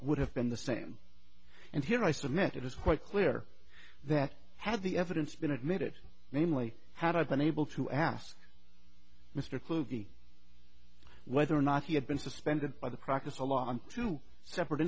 would have been the same and here i submit it is quite clear that had the evidence been admitted namely had i been able to ask mr couey whether or not he had been suspended by the practice a law on two separate